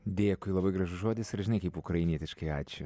dėkui labai gražus žodis ar žinai kaip ukrainietiškai ačiū